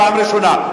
פעם ראשונה,